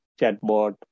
chatbot